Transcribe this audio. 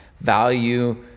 value